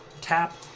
tap